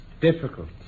difficult